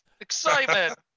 excitement